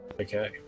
Okay